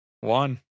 One